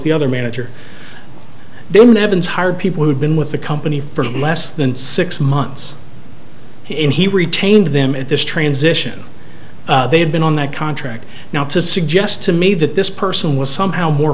the other manager then nevins hired people who'd been with the company for less than six months in he retained them at this transition they had been on that contract now to suggest to me that this person was somehow more